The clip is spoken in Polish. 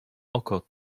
oko